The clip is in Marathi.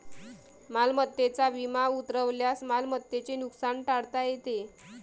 मालमत्तेचा विमा उतरवल्यास मालमत्तेचे नुकसान टाळता येते